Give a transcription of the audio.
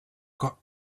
got